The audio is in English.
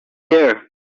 there